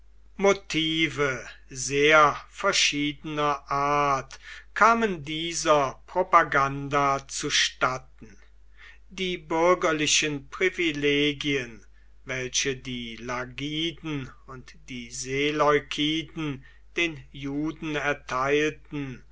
motive sehr verschiedener art kamen dieser propaganda zustatten die bürgerlichen privilegien welche die lagiden und die seleukiden den juden erteilten